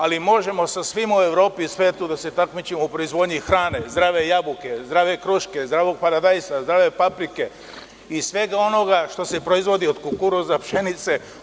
Ali, možemo sa svima u Evropi i u svetu da se takmičimo u proizvodnji hrane, zdrave jabuke, zdrave kruške, zdravog paradajza, zdrave paprike i svega onoga što se proizvodi od kukuruza, pšenice.